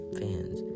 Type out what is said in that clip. fans